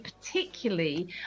particularly